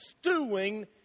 stewing